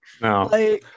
no